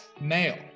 male